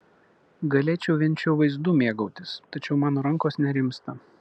galėčiau vien šiuo vaizdu mėgautis tačiau mano rankos nerimsta